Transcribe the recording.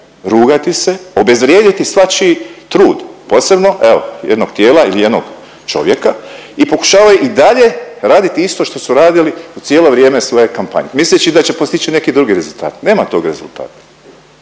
rugati se, obezvrijediti svačiji trud posebno evo jednog tijela ili jednog čovjeka i pokušavaju i dalje raditi isto što su radili cijelo vrijeme svoje kampanje misleći da će postići neki drugi rezultat. Nema tog rezultata.